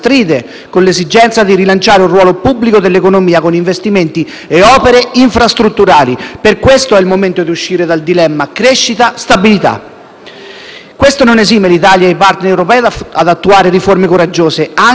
questo è il momento di uscire dal dilemma crescita-stabilità. Questo non esime l'Italia e i *partner* europei ad attuare riforme coraggiose anche dei meccanismi di funzionamento politico dell'Unione, a partire dalla centralità del Parlamento europeo,